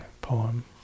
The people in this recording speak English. poem